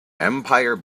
empire